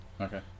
Okay